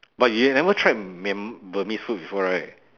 but you've never tried myan~ burmese food before right